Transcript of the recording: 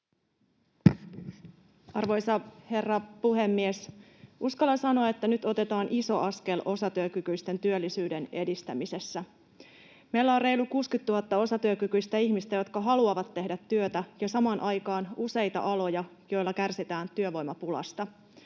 Arvoisa herra puhemies! Uskallan sanoa, että nyt otetaan iso askel osatyökykyisten työllisyyden edistämisessä. Meillä on reilut 60 000 osatyökykyistä ihmistä, jotka haluavat tehdä työtä, ja samaan aikaan useita aloja, joilla kärsitään työvoimapulasta.